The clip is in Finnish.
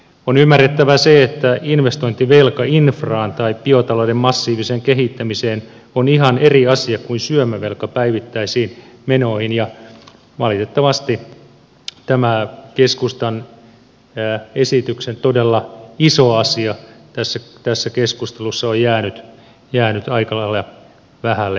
on ymmärrettävä se että investointivelka infraan tai biotalouden massiiviseen kehittämiseen on ihan eri asia kuin syömävelka päivittäisiin menoihin ja valitettavasti tämä keskustan esityksen todella iso asia tässä keskustelussa on jäänyt aika lailla vähälle huomiolle